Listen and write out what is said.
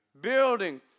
Building